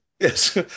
Yes